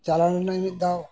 ᱪᱟᱞᱟᱣ ᱞᱤᱱᱟᱹᱧ ᱢᱤᱫ ᱫᱷᱟᱣ